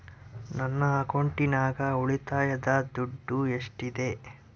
ನನ್ನ ಅಕೌಂಟಿನಾಗ ಉಳಿತಾಯದ ದುಡ್ಡು ಎಷ್ಟಿದೆ?